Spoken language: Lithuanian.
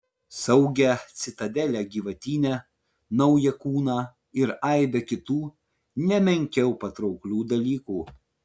saugią citadelę gyvatyne naują kūną ir aibę kitų ne menkiau patrauklių dalykų